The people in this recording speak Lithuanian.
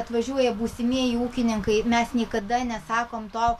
atvažiuoja būsimieji ūkininkai mes niekada nesakom to